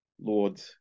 Lord